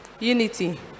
Unity